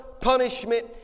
punishment